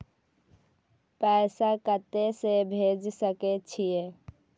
पैसा कते से भेज सके छिए?